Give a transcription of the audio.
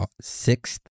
sixth